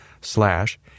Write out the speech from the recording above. slash